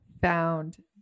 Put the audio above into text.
found